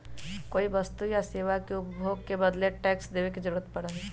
कोई वस्तु या सेवा के उपभोग के बदले टैक्स देवे के जरुरत पड़ा हई